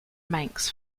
manx